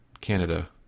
Canada